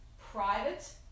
private